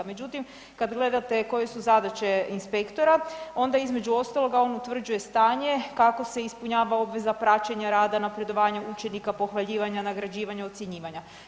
Međutim, kad gledate koje su zadaće inspektora onda između ostaloga on utvrđuje stanje kako se ispunjava obveza praćenja rada, napredovanje učenika, pohvaljivanja, nagrađivanja, ocjenjivanja.